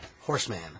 Horseman